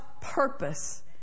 purpose